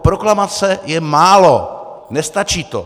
Proklamace je málo, nestačí to.